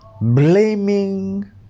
Blaming